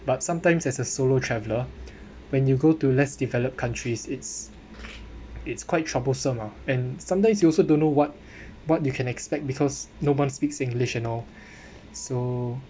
but sometimes as a solo traveller when you go to less developed countries it's it's quite troublesome ah and sometimes you also don't know what what you can expect because no one speaks english and all so